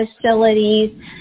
facilities